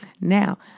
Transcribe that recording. Now